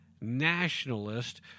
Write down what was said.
nationalist